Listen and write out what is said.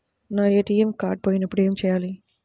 నా ATM card పోయినప్పుడు ఏమి చేయాలి?